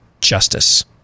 justice